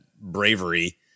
bravery